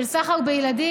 של סחר בילדים,